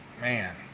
Man